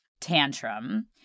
tantrum